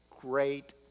Great